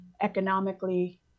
economically